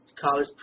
college